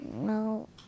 No